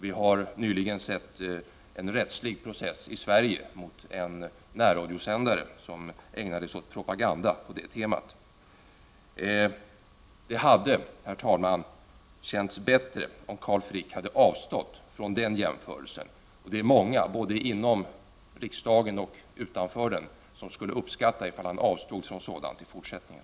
Vi har nyligen sett en rättsprocess i Sverige mot en närradiosändare som ägnade sig åt propaganda på det temat. Det hade, herr talman, känts bättre om Carl Frick hade avstått från den jämförelsen. Vi är många både inom riksdagen och utanför den som skulle uppskatta om han avstod från sådant i fortsättningen.